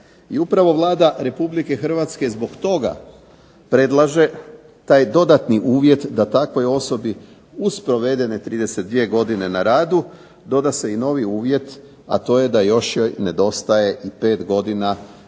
upravo Vlada Republike Hrvatske zbog toga predlaže taj dodatni uvjet da takvoj osobi uz provedene 32 godine na radu, doda se i novi uvjet, a to je da još nedostaje i 5 godina do